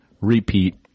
repeat